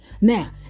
Now